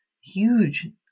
huge